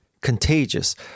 Contagious